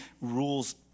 rules